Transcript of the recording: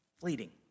fleeting